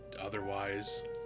otherwise